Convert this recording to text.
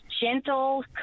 gentle